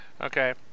Okay